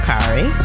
Kari